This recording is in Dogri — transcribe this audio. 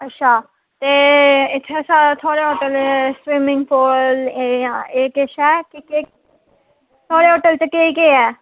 अच्छा ते इत्थें सा थुआढ़े होटल स्वीमिंग पूल जां एह् किश ऐ कि के थुआढ़े होटल च केह् केह् ऐ